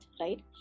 right